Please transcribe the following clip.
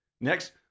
Next